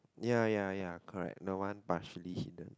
ya ya ya correct no one partially hidden